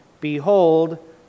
behold